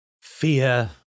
fear